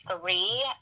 three